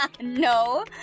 no